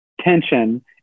tension